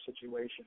situation